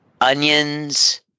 Onions